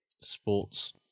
sports